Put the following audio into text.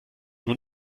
nun